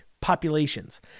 populations